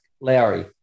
Lowry